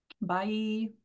Bye